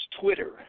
Twitter